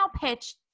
pitch